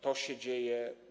To się dzieje.